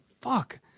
Fuck